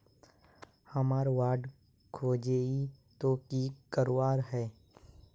हमार कार्ड खोजेई तो की करवार है?